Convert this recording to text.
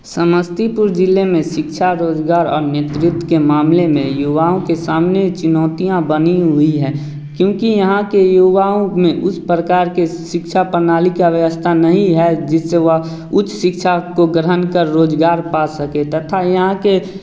समस्तीपुर ज़िले में शिक्षा रोज़गार और नेतृत्व के मामले में युवाओं के सामने चुनोतियाँ बनी हुई हैं क्योंकि यहाँ के युवाओं में उस प्रकार के शिक्षा प्रणाली का व्यवस्था नहीं है जिससे वह उच्च शिक्षा को ग्रहण कर रोज़गार पा सके तथा यहाँ के